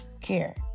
Care